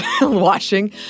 watching